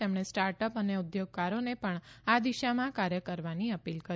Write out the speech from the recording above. તેમણે સ્ટાર્ટઅપ અને ઉદ્યોગકારોને પણ આ દિશામાં કાર્ય કરવાની અપીલ કરી